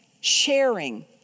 sharing